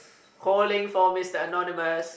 calling for Mister Anonymous